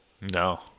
No